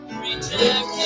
rejected